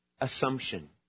assumption